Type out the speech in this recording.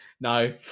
No